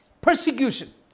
Persecution